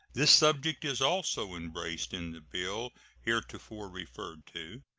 this subject is also embraced in the bill heretofore referred to.